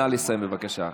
נא לסיים, בבקשה.